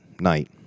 night